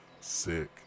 Sick